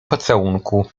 pocałunku